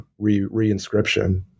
reinscription